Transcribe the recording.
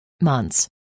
months